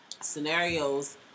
scenarios